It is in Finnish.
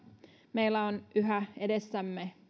meillä on yhä edessämme